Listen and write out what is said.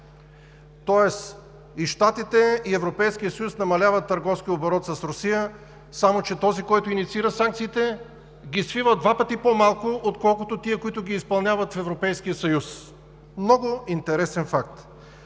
Тоест и Щатите, и Европейският съюз намаляват търговския оборот с Русия, само че този, който инициира санкциите, ги свива два пъти по-малко, отколкото тези, които ги изпълняват в Европейския съюз. Много интересен факт!